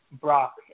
Brock